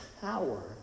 power